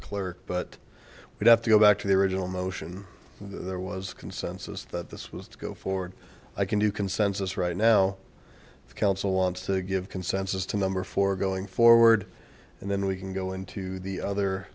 clearer but we'd have to go back to the original motion and there was consensus that this was to go forward i can do consensus right now the council wants to give consensus to number four going forward and then we can go into the other